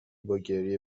باگریه